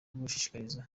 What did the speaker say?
gushishikariza